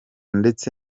ndetse